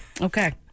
Okay